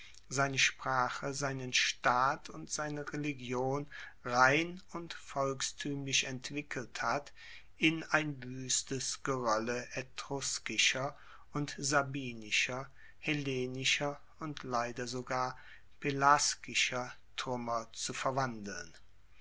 seine sprache seinen staat und seine religion rein und volkstuemlich entwickelt hat in ein wuestes geroelle etruskischer und sabinischer hellenischer und leider sogar pelasgischer truemmer zu verwandeln